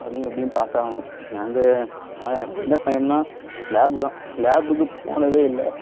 அதுலேயும் எப்படியும் பாஸ் ஆகணும் நாங்கள் எனக்கு என்ன பயம்னால் லேபு தான் லேபுக்கு போனதே இல்லை